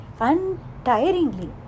untiringly